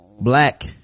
black